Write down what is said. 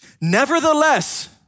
Nevertheless